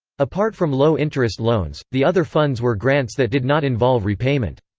apart from low-interest loans, the other funds were grants that did not involve repayment.